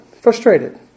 frustrated